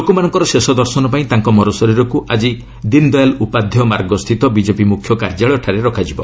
ଲୋକମାନଙ୍କର ଶେଷଦର୍ଶନ ପାଇଁ ତାଙ୍କ ମରଶରୀରକୁ ଆଜି ଦୀନ୍ଦୟାଲ ଉପାଧ୍ୟାୟ ମାର୍ଗସ୍ଥିତ ବିଜେପି ମୁଖ୍ୟ କାର୍ଯ୍ୟାଳୟଠାରେ ରଖାଯିବ